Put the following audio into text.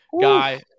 guy